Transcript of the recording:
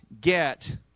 get